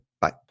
Bye